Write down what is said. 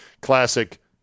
classic